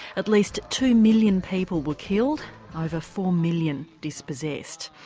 at least two million people were killed over four million dispossessed.